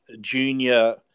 Junior